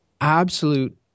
absolute